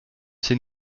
ses